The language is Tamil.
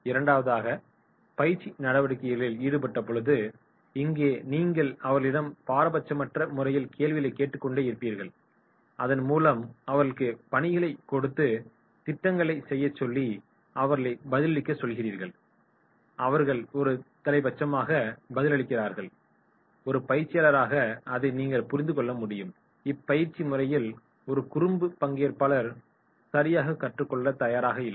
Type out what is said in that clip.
இரண்டாவதாக பயிற்சி நடவடிக்கைகளில் ஈடுபட்டபொழுது இங்கே நீங்கள் அவர்களிடம் பாரபட்சமற்ற முறையில் கேள்விகளைக் கேட்டுக்கொண்டே இருப்பீர்கள் அதன் மூலம் அவர்களுக்கு பணிகளை கொடுத்து திட்டங்களைச் செய்யச் சொல்லி அவர்களை பதிலளிக்கச் சொல்கிறீர்கள் அவர்கள் ஒரு தலைபட்சமாக பதிலளிக்கிறார்கள் ஒரு பயிற்சியாளராக அதை நீங்கள் புரிந்து கொள்ள முடியும் இப்பயிற்சி முறையில் ஒரு குறும்பு பங்கேற்பாளர் சரியாக கற்றுக்கொள்ள தயாராக இல்லை